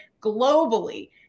globally